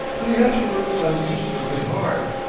but he had to work unreasonably hard,